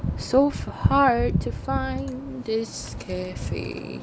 so hard to find this cafe